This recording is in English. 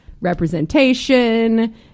representation